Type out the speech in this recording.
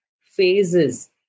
phases